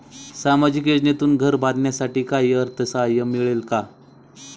सामाजिक योजनेतून घर बांधण्यासाठी काही अर्थसहाय्य मिळेल का?